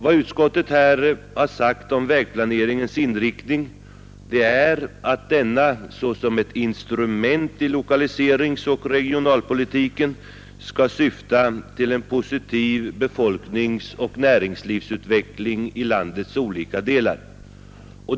Vad utskottet här har sagt om vägplaneringens inriktning är att denna såsom ett instrument i lokaliseringsoch regionalpolitiken skall syfta till en positiv befolkningsoch näringslivsutveckling i landets olika delar.